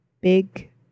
big